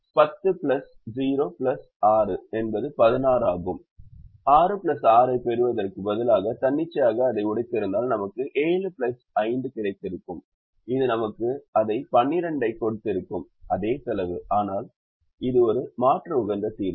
6 6 ஐப் பெறுவதற்குப் பதிலாக தன்னிச்சையாக அதை உடைத்திருந்தால் நமக்கு 7 5 கிடைத்திருக்கும் இது நமக்கு அதே 12 ஐக் கொடுத்திருக்கும் அதே செலவு ஆனால் இது ஒரு மாற்று உகந்த தீர்வு